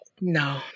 no